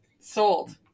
Sold